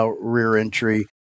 rear-entry